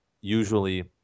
usually